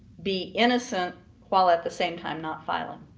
be innocent while at the same time not filling.